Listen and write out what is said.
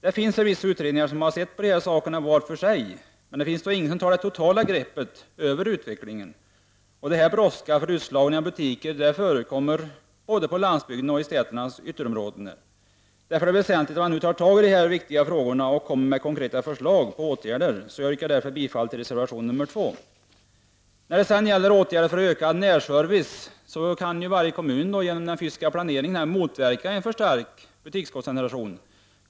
Det finns utredningar som har sett på dessa frågor var för sig, men det finns ingen som har tagit det totala greppet över utvecklingen. Det här brådskar, eftersom utslagning av butiker förekommer både på landsbygden och i storstädernas ytterområden. Det är därför väsentligt att man nu tar tag i dessa viktiga frågor och kommer med konkreta förslag till åtgärder. Jag yrkar bifall till reservation nr 2. När det gäller åtgärder för ökad närservice kan varje kommun genom den fysiska planeringen motverka en för stark butikskoncentration.